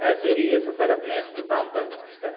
ایسے ہی یہ سفر اپنے اختتام پر پہونچتا ہے